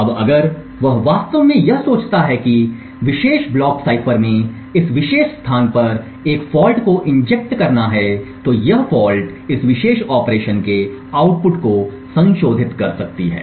अब अगर वह वास्तव में यह सोचता है कि इस विशेष ब्लॉक साइफर में इस विशेष स्थान पर एक फॉल्ट को इंजेक्ट किया जाता है तो यह फॉल्ट इस विशेष ऑपरेशन के आउटपुट को संशोधित करती है